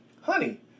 Honey